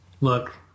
look